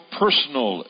personal